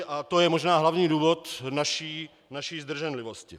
A to je možná hlavní důvod naší zdrženlivosti.